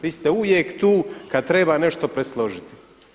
Vi ste uvijek tu kada treba nešto presložiti.